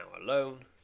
alone